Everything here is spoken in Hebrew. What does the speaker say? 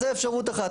זו אפשרות אחת.